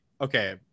okay